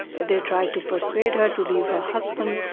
they tried to persuade her to leave her husband.